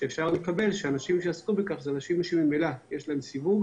שאפשר לקבל שאנשים שיעסקו בכך הם אנשים שממילא יש להם סיווג